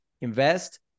invest